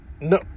no